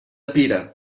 pira